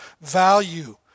value